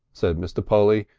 said mr polly,